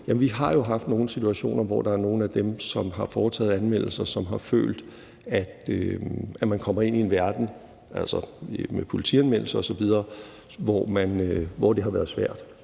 Vi har jo haft nogle situationer, hvor nogle af dem, som har foretaget anmeldelser, har følt, at de kommer ind i en verden – altså med politianmeldelser osv. – hvor det har været svært